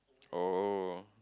oh